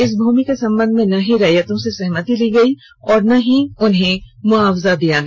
इस भूमि के संबंध में ना ही रैयतों से सहमती ली गई और ना ही उन्हें मुआवजा दिया गया